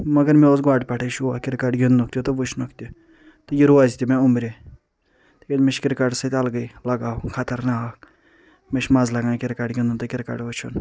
مگر مےٚ اوس گۄڈٕ پٮ۪ٹھے شوق کرکٹ گِندنُک تہِ وچھنُکھ تہِ تہٕ روزِ تہِ مےٚ عمرِ تہِ کیٚاہ مےٚ چھُ کرکٹس سۭتۍ الگی لگاو خطرناکھ مےٚ چھُ مزٕ لگان کرکٹ گِندُن تہٕ کرکٹ وُچھُن